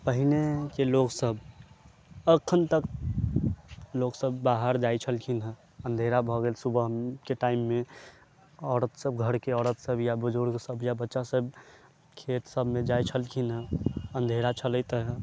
पहिनेके लोकसभ एखन तक लोकसभ बाहर जाइ छलखिन हेँ अँधेरा भऽ गेल सुबहके टाइममे औरतसभ घरके औरतसभ या बुजुर्गसभ या बच्चासभ खेतसभमे जाइ छलखिन हेँ अँधेरा छलथि हेँ